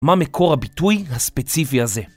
מה מקור הביטוי הספציפי הזה?